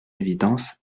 évidence